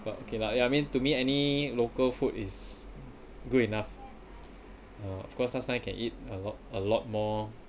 but okay lah ya I mean to me any local food is good enough of course last time I can eat a lot a lot more